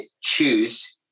choose